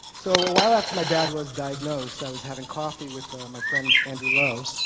so a while after my dad was diagnosed, i was having coffee with my friend andrew lo.